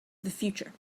future